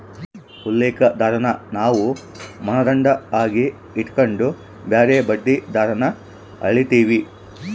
ಉಲ್ಲೇಖ ದರಾನ ನಾವು ಮಾನದಂಡ ಆಗಿ ಇಟಗಂಡು ಬ್ಯಾರೆ ಬಡ್ಡಿ ದರಾನ ಅಳೀತೀವಿ